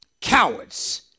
Cowards